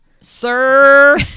Sir